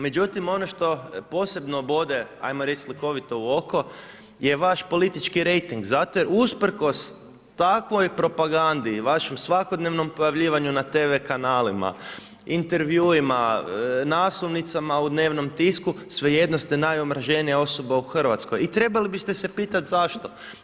Međutim ono što posebno bode, ajmo reći slikovito u oko, je vaš politički rejting zato jer usprkos takvog propagandi i vašem svakodnevnom pojavljivanju na tv kanalima, intervjuima, naslovnicama u dnevnom tisku, svejedno ste najomraženija osoba u Hrvatskoj i trebali biste se pitati zašto?